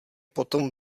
potom